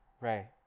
Right